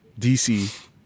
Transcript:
DC